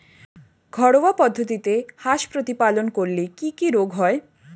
ঘরোয়া পদ্ধতিতে হাঁস প্রতিপালন করলে কি কি রোগ হয়?